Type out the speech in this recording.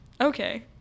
Okay